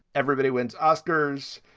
everybody wins oscars.